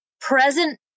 present